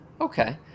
Okay